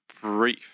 brief